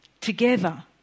together